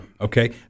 Okay